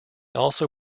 also